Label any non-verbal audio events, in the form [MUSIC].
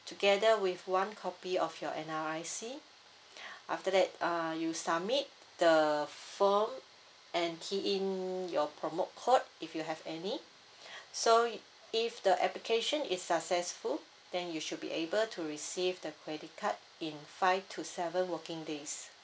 together with one copy of your N_R_I_C [BREATH] after that err you submit the form and key in your promo code if you have any [BREATH] so if the application is successful then you should be able to receive the credit card in five to seven working days